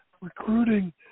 Recruiting